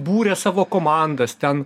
būrė savo komandas ten